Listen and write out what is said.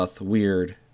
weird